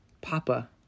Papa